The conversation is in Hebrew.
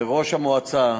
לראש המועצה,